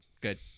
Good